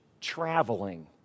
traveling